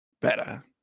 better